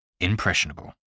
Impressionable